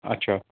अच्छा